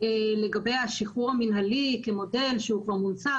לגבי השחרור המינהלי כמודל שהוא כבר מונצח